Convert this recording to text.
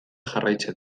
jarraitzen